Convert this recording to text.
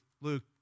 Luke